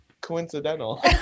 coincidental